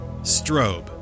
Strobe